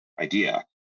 idea